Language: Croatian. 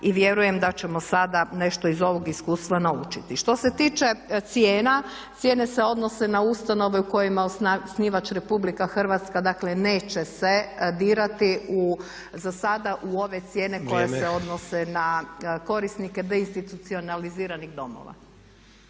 I vjerujem da ćemo sada nešto iz ovog iskustva naučiti. Što se tiče cijena, cijene se odnose na ustanove u kojima osnivač Republika Hrvatska, dakle neće se dirati u, za sada u ove cijene koje se odnose na korisnike deinstitucionaliziranih domova.